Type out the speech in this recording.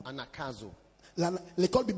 Anakazo